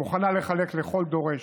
מוכנה לחלק לכל דורש,